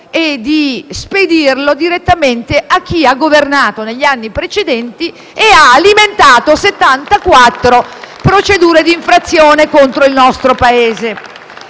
e spedirlo direttamente a chi ha governato negli anni precedenti, alimentando 74 procedure d'infrazione contro il nostro Paese.